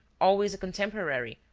always a contemporary,